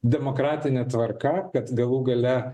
demokratine tvarka kad galų gale